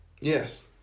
Yes